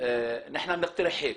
הוא לא קיים.